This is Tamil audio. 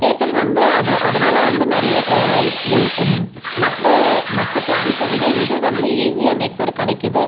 ஏர்டெல் வந்து அது அதனால் வந்து நிறைய முன் மற்ற மற்ற பிளான்ஸை விட இது வந்து ஈஸியாக நெட்வொர்க் கிடைக்கிது